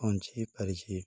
ପହଞ୍ଚି ପାରିଛି